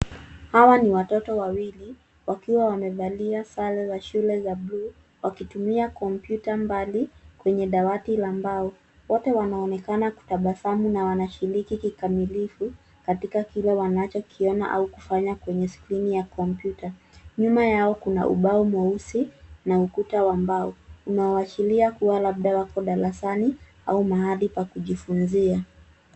Hawa ni watoto wawili wakiwa wamevalia sare za shule za buluu wakitumia kopyuta mbali kwenye dawati la mbao, wote wanaonekana kutabasamu na wanashiriki kikamilifu katika kile wanachokiona au kufanya kwenye scrini ya kopyuta. Nyuma yao kuna ubao mweusi na ukuta wa mbao unaoashiria kuwa labda wapo darasani au mahali pa kujifunzia.